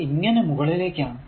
അത് ഇങ്ങനെ മുകളിലേക്കാണ്